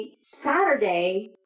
Saturday